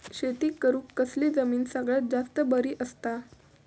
शेती करुक कसली जमीन सगळ्यात जास्त बरी असता?